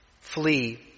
Flee